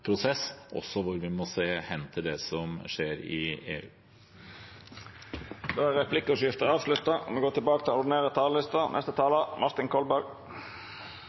prosess hvor vi også må se hen til det som skjer i EU. Replikkordskiftet er dermed avslutta. Jeg vil begynne med å si at jeg forstår og